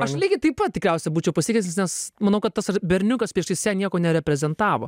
aš lygiai taip pat tikriausia būčiau pasitikęs nes manau kad tas berniukas priešais ją nieko nereprezentavo